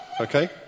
Okay